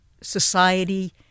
society